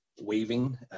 waving